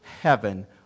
Heaven